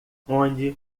onde